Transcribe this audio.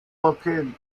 located